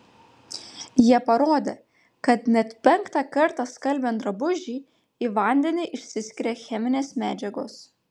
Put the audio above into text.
jie parodė kad net penktą kartą skalbiant drabužį į vandenį išsiskiria cheminės medžiagos